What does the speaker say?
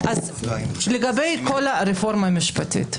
לגבי כל הרפורמה המשפטית,